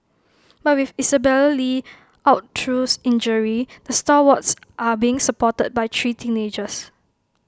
but with Isabelle li out through injury the stalwarts are being supported by three teenagers